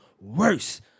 worse